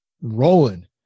rolling